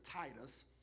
Titus